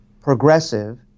progressive